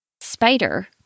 Spider